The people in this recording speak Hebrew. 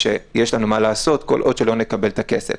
שיש לנו מה לעשות כל עוד שלא נקבל את הכסף.